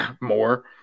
More